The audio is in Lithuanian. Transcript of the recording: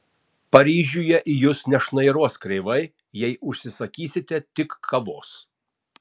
paryžiuje į jus nešnairuos kreivai jei užsisakysite tik kavos